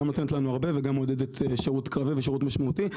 גם נותנת לנו הרבה וגם מעודדת לשירות קרבי ושירות משמעותי.